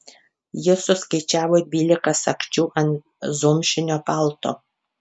jis suskaičiavo dvylika sagčių ant zomšinio palto